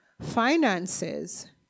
Finances